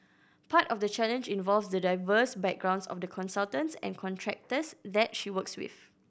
part of the challenge involves the diverse backgrounds of the consultants and contractors that she works with